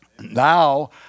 Now